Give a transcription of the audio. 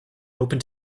open